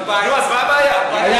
לא שייך לחוק.